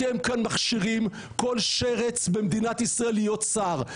אתם כאן מכשירים כל שרץ במדינת ישראל להיות שר.